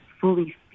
fully